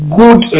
good